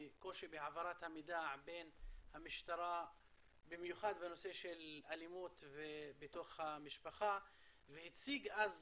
קושי בהעברת מידע במיוחד בנושא של אלימות בתוך המשפחה והציג אז